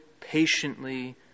patiently